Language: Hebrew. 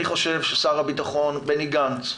אני חושב ששר הביטחון בני גנץ,